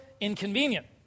inconvenient